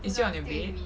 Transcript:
is it on your bed